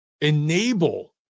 enable